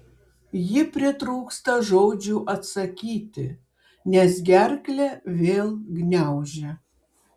ji pritrūksta žodžių atsakyti nes gerklę vėl gniaužia